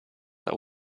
that